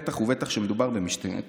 בטח ובטח כשמדובר במשטרת ישראל.